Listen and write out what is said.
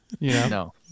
No